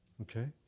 okay